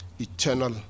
eternal